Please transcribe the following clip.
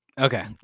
Okay